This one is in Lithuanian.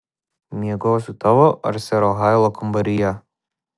miegosiu tavo ar sero hailo kambaryje